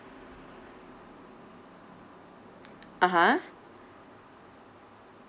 (uh huh)